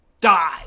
die